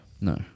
No